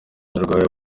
nyarwaya